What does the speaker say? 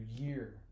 year